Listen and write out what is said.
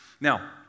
Now